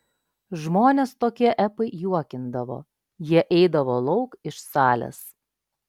žmones tokie epai juokindavo jie eidavo lauk iš salės